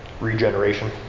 regeneration